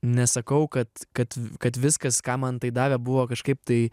nesakau kad kad kad viskas ką man tai davė buvo kažkaip tai